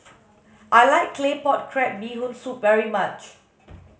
I like claypot crab bee hoon soup very much